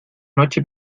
noche